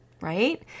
right